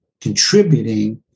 contributing